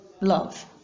Love